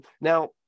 Now